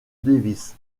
davis